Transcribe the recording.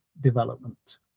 development